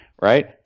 Right